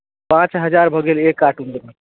पाँच हजार भऽ गेल एक कार्टूनके